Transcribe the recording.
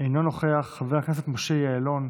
אינו נוכח, חבר הכנסת משה יעלון,